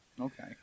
Okay